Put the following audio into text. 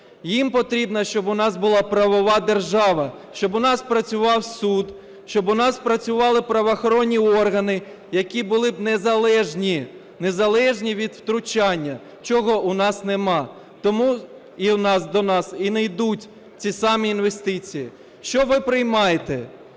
Їм потрібно, щоб у нас була правова держава, щоб у нас працював суд, щоб у нас працювали правоохоронні органи, які були б незалежні. Незалежні від втручання. Чого у нас немає. Тому в нас до нас не йдуть ці самі інвестиції. Що ви приймаєте?